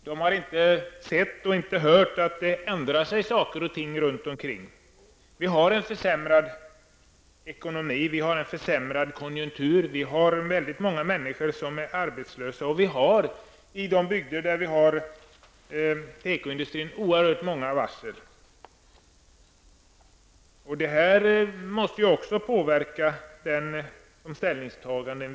Man har inte sett och inte hört att saker runt omkring oss förändras. Vi har en försämrad ekonomi och en försämrad konjunktur. Väldigt många människor är arbetslösa, och i de bygder där vi har vår tekoindustri är varslen oerhört många. Detta måste också påverka våra ställningstaganden.